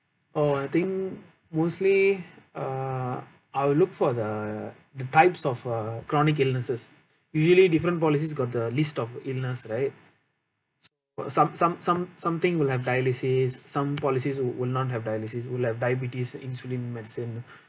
oh I think mostly uh I will look for the the types of uh chronic illnesses usually different policies got the list of illness right some some some something will have dialysis some policies will not have dialysis will have diabetes insulin medicine